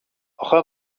اخه